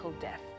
death